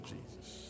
Jesus